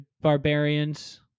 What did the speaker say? barbarians